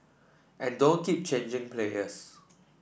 and don't keep changing players